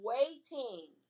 Waiting